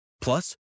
Plus